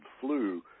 flu